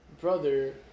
brother